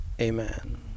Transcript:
amen